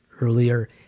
earlier